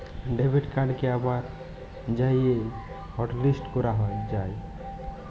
debit কাড়কে আবার যাঁয়ে হটলিস্ট ক্যরা যায়